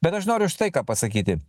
bet aš noriu štai ką pasakyti